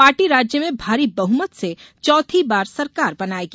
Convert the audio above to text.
party राज्य में भारी बहुमत से चौथी बार सरकार बनायेगी